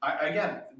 Again